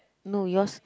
no yours